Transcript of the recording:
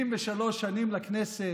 73 שנים לכנסת,